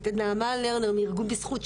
נעמה לרנר מארגון בזכות,